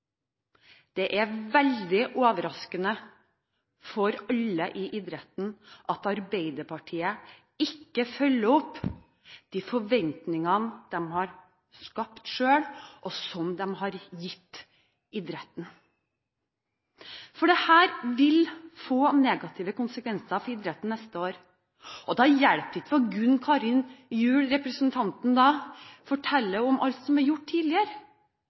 Det er veldig overraskende for alle i idretten at Arbeiderpartiet ikke følger opp de forventningene de har skapt, og som de har gitt idretten. Dette vil få negative konsekvenser for idretten neste år. Det hjelper ikke at representanten Gunn Karin Gjul forteller om alt som er gjort tidligere